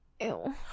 Ew